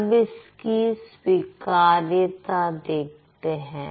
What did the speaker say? अब इसकी स्वीकार्यता देखते हैं